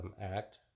act